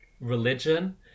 religion